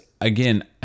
Again